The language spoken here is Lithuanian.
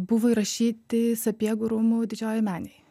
buvo įrašyti sapiegų rūmų didžiojoj menėj